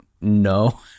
no